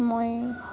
মই